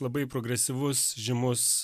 labai progresyvus žymus